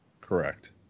Correct